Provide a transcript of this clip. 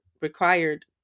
required